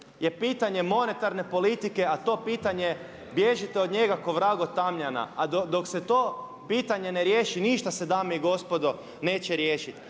je pitanje monetarne politike a to pitanje bježite od njega ko vrag od tamjana. A dok se to pitanje ne riješi ništa se dame i gospodo neće riješiti.